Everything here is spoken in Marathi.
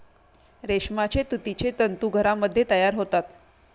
रेशमाचे तुतीचे तंतू घरामध्ये तयार होतात